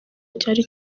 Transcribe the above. cyari